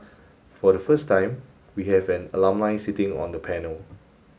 for the first time we have an alumni sitting on the panel